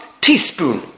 teaspoon